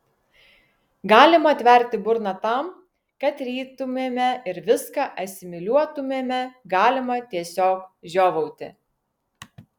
galima atverti burną tam kad rytumėme ir viską asimiliuotumėme galima tiesiog žiovauti